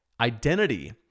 identity